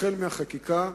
החל בחקיקה,